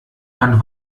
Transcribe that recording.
man